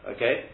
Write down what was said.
Okay